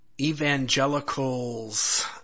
Evangelicals